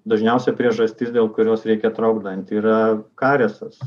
dažniausia priežastis dėl kurios reikia traukt dantį yra kariesas